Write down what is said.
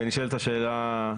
ונשאלת השאלה,